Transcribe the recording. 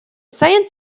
science